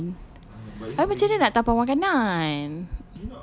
again abeh macam mana nak dabao makanan